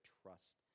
trust